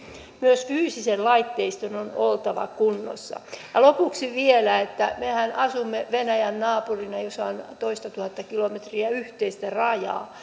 myös fyysisen laitteiston on oltava kunnossa lopuksi vielä mehän asumme venäjän naapurina ja on toistatuhatta kilometriä yhteistä rajaa